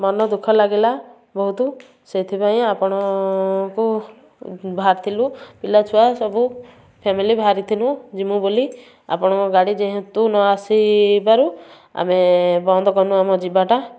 ମନ ଦୁଃଖ ଲାଗିଲା ବହୁତ ସେଇଥିପାଇଁ ଆପଣ ଙ୍କୁ ବାହାରିଥିଲୁ ପିଲାଛୁଆ ସବୁ ଫାମିଲି ବାହାରିଥିଲୁ ଯିବୁ ବୋଲି ଆପଣଙ୍କ ଗାଡ଼ି ଯେହେତୁ ନ ଆସି ବାରୁ ଆମେ ବନ୍ଦ କଲୁ ଆମ ଯିବାଟା